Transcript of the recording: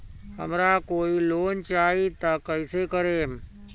हमरा कोई लोन चाही त का करेम?